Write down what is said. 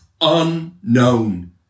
unknown